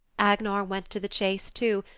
agnar went to the chase, too,